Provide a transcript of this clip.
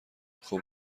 خوب